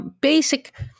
basic